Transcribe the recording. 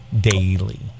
daily